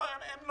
מנהריה.